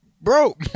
bro